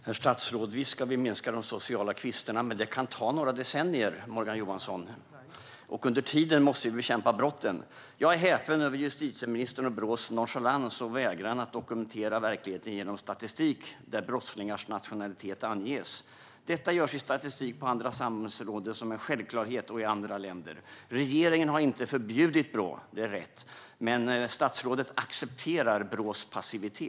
Herr talman och herr statsråd! Visst ska vi minska de sociala klyftorna, men det kan ta några decennier, Morgan Johansson. Under tiden måste vi bekämpa brotten. Jag är häpen över justitieministerns och Brås nonchalans och vägran att dokumentera verkligheten genom statistik där brottslingars nationalitet anges. Detta görs som en självklarhet i statistik på andra samhällsområden, och det görs även i andra länder. Regeringen har inte förbjudit Brå - det är rätt - men statsrådet accepterar Brås passivitet.